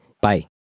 Bye